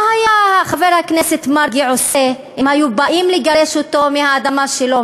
מה היה חבר הכנסת מרגי עושה אם היו באים לגרש אותו מהאדמה שלו,